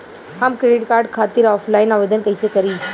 हम credit card खातिर offline आवेदन कइसे करि?